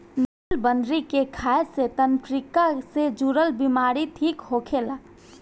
निलबदरी के खाए से तंत्रिका से जुड़ल बीमारी ठीक होखेला